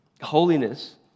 Holiness